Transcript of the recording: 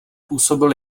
působil